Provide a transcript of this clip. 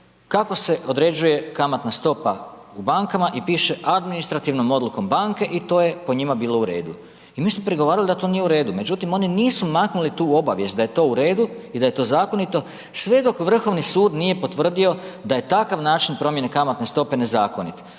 kako se određuje kamatna stopa u bankama i piše administrativnom odlukom banke i to je po njima bilo u redu. I mi smo prigovarali da to nije u redu, međutim oni nisu maknuli tu obavijest da je to u redu i da je to zakonito sve dok Vrhovni sud nije potvrdio da je takav način promjene kamatne stope nezakonit.